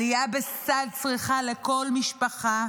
עלייה בסל צריכה לכל משפחה,